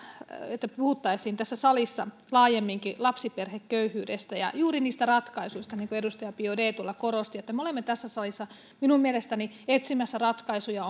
että puhuttaisiin tässä salissa laajemminkin lapsiperheköyhyydestä ja juuri niistä ratkaisuista niin kuin edustaja biaudet korosti eli me olemme tässä salissa minun mielestäni etsimässä ratkaisuja